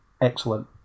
excellent